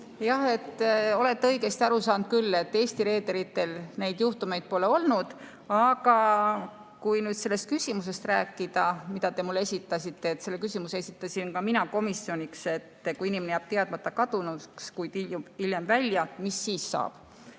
Jah, te olete õigesti aru saanud küll, et Eesti reederitel neid juhtumeid pole olnud. Aga kui nüüd sellest küsimusest rääkida, mille te mulle esitasite, siis ka mina esitasin komisjonis küsimuse, et kui inimene jääb teadmata kadunuks, kuid ilmub hiljem välja, mis siis saab.